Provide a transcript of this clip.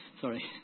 sorry